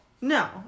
No